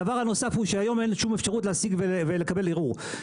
דבר נוסף, היום אין שום אפשרות להשיג ולקבל ערעור.